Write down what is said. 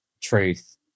truth